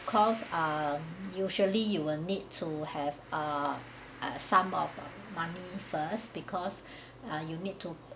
course ah usually you will need to have uh a sum of money first because err you need to